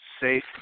safe